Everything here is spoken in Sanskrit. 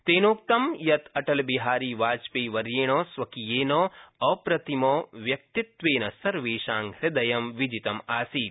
तेनोक्तं यत् अटलबिहारीवाजपेयीवर्येण स्वकीयेन अप्रतिमव्यक्तित्वेन सर्वेषां हृदयं विजितम् आसीत्